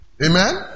Amen